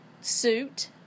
suit